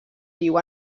viu